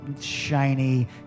shiny